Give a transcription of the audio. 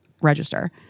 register